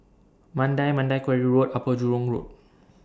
Mandai Mandai Quarry Road Upper Jurong Road